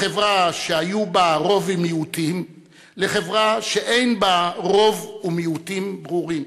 מחברה שהיו בה רוב ומיעוטים לחברה שאין שבה רוב ומיעוטים ברורים,